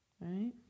Right